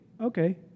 Okay